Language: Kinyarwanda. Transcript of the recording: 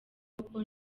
koko